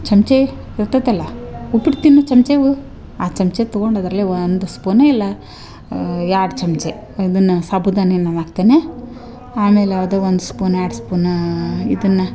ಚಮ್ಚೆ ಇರ್ತೈತಲ್ಲ ಉಪ್ಪಿಟ್ಟು ತಿನ್ನು ಚಮ್ಚೆವು ಆ ಚಮ್ಚೆ ತಗೊಂಡು ಅದ್ರಲ್ಲೆ ಒಂದು ಸ್ಪೂನು ಇಲ್ಲ ಎರಡು ಚಮ್ಚೆ ಇದನ್ನ ಸಾಬುದಾನಿಯನ್ನ ನಾನು ಹಾಕ್ತೆನೆ ಆಮೇಲೆ ಅದು ಒನ್ ಸ್ಪೂನ್ ಎರಡು ಸ್ಪೂನಾ ಇದನ್ನ